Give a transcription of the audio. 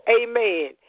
amen